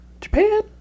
japan